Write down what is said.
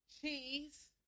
Cheese